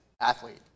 athlete